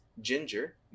ginger